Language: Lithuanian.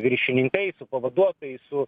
viršininkai su pavaduotojais su